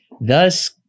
thus